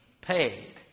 paid